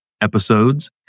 episodes